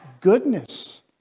goodness